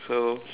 so